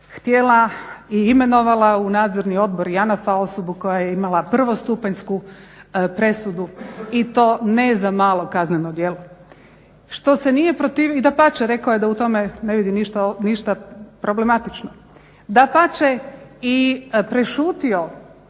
htjela i imenovala u nadzorni odbor i …/Ne razumije se./… koja je imala prvostupanjsku presudu i to ne za malo kazneno djelo i dapače rekao je da u tome ne vidi ništa problematično. Dapače, i prešutio